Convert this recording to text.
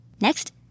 Next